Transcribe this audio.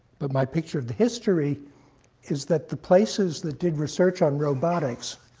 but my picture of the history is that the places that did research on robotics,